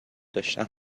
داشتم